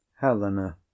HELENA